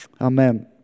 Amen